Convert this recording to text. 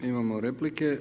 Imamo replike.